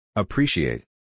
Appreciate